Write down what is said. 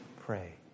pray